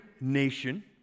nation